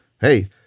Hey